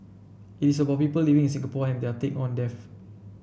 it is about people living in Singapore and their take on death